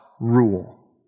rule